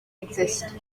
exist